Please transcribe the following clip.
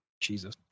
Jesus